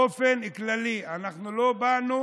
אנחנו לא באנו